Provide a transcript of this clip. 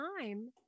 time